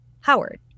Howard